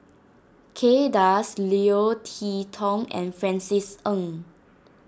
Kay Das Leo Tee Tong and Francis Ng